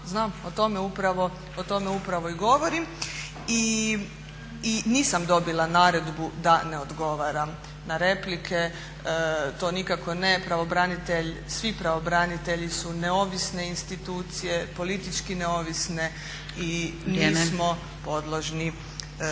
znam, o tome upravo i govorim. I nisam dobila naredbu da ne odgovaram na replike, to nikako ne. Pravobranitelj, svi pravobranitelji su neovisne institucije, politički neovisne i nismo podložni